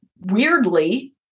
weirdly